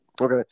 okay